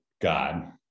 God